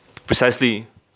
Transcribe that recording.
precisely